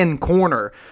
corner